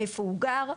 איפה הוא גר,